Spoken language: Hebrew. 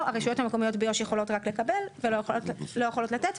הרשויות המקומיות ביו"ש יכולות רק לקבל ולא יכולות לתת,